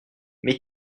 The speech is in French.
mais